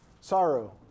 sorrow